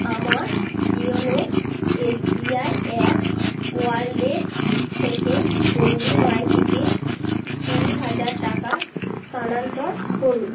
আমার YONO SBI app wallet থেকে গৌরী মাইতিকে কুড়ি হাজার টাকা স্তানান্তর করুন